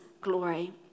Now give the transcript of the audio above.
glory